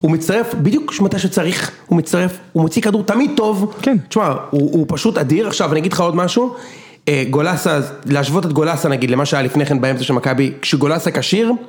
הוא מצטרף בדיוק מתי שצריך, הוא מצטרף, הוא מוציא כדור תמיד טוב. -כן. -תשמע, הוא פשוט אדיר, עכשיו, אני אגיד לך עוד משהו. גולסה, להשוות את גולסה נגיד, למה שהיה לפני כן באמצע של מכבי, כשגולסה כשיר.